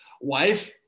wife